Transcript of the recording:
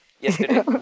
yesterday